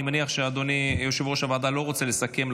אני מניח שאדוני יושב-ראש הוועדה לא רוצה לסכם,